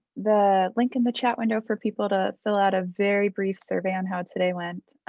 the link in the chat window for people to fill out a very brief survey on how today went.